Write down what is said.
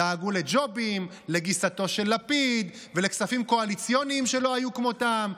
דאגו לג'ובים לגיסתו של לפיד וכספים קואליציוניים שלא היו כמותם.